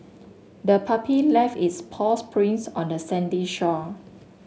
the puppy left its paws prints on the sandy shore